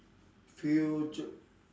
future